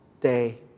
day